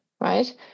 right